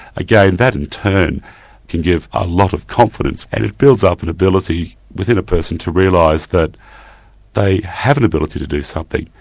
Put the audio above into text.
again that in turn can give a lot of confidence and it builds up an ability within a person to realise that they have an ability to do something.